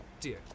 dear